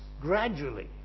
gradually